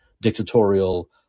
dictatorial